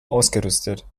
ausgerüstet